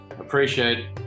appreciate